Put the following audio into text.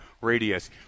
radius